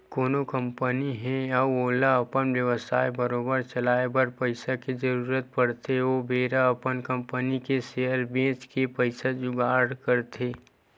कोनो कंपनी हे अउ ओला अपन बेवसाय बरोबर चलाए बर पइसा के जरुरत पड़थे ओ बेरा अपन कंपनी के सेयर बेंच के पइसा जुगाड़ करथे